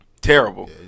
Terrible